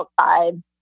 outside